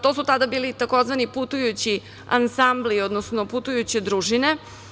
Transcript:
To su tada bili tzv. putujući ansambli, odnosno putujuće družine.